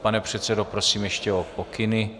Pane předsedo, prosím ještě o pokyny.